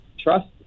Trust